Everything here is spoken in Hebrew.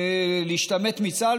להשתמט מצה"ל,